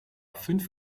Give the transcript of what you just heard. fünf